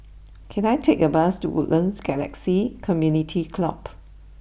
can I take a bus to Woodlands Galaxy Community Club